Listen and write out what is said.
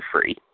free